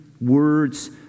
words